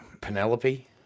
Penelope